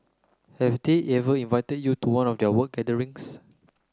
have they ever invited you to one of their work gatherings